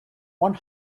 one